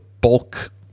bulk